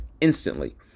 instantly